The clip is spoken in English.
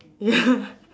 ya